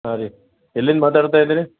ಹಾಂ ರೀ ಎಲ್ಲಿಂದ ಮಾತಾಡ್ತ ಇದೀರಿ